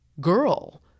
girl